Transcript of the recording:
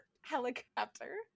helicopter